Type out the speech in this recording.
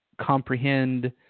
comprehend